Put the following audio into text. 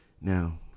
now